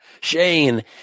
Shane